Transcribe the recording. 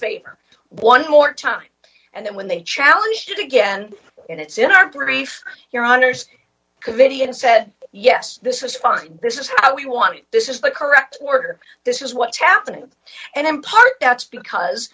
favor one more time and then when they challenge it again and it's in our brief your honour's can video and said yes this is fine this is how we want it this is the correct order this is what's happening and in part that's because